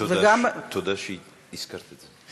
תודה שהזכרת את זה.